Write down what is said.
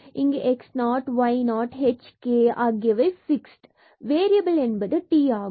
இங்கு x 0 y 0 h மற்றும் k fixed variable variable t ஆகும்